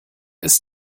ist